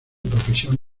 profesión